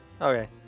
Okay